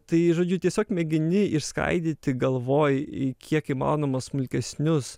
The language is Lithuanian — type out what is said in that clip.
tai žodžiu tiesiog mėgini išskaidyti galvoj į kiek įmanoma smulkesnius